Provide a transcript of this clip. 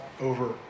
over